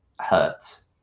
hurts